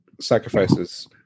sacrifices